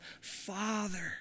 Father